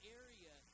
area